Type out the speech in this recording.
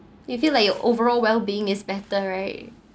you feel like your overall well being is better right